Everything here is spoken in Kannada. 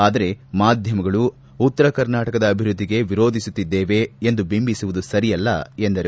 ಆದರೆ ಮಾಧ್ಯಮಗಳು ಉತ್ತರ ಕರ್ನಾಟಕ ಅಭಿವೃದ್ದಿಗೆ ವಿರೋಧಿಸುತ್ತಿದ್ದೇವೆ ಎಂದು ಬಿಂಬಿಸುವುದು ಸರಿಯಲ್ಲ ಎಂದರು